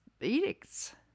edicts